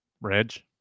Reg